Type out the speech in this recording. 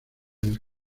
del